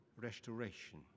restoration